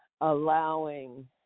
allowing